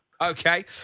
Okay